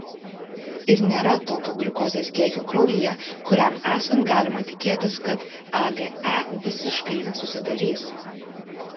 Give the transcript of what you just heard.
ir nėra tokio gliukozės kiekio kraujyje kuriam esant galima tikėtis kad age visiškai nesusidarys